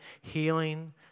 healing